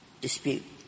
dispute